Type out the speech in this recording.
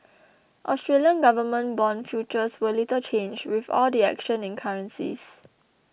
Australian government bond futures were little changed with all the action in currencies